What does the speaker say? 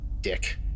Dick